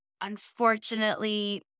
unfortunately